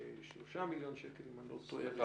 103 מיליון שקל, אם אני לא טועה, ראשונים.